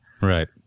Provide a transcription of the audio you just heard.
Right